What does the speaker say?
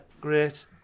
great